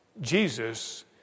Jesus